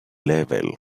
level